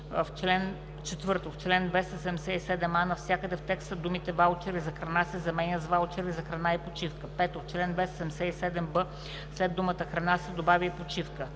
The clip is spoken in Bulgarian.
в чл. 277а навсякъде в текста думите „ваучери за храна“ се заменят с „ваучери за храна и почивка“; 5. в чл. 277б след думата „храна“ се добавя „и почивка“;